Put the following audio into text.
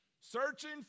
Searching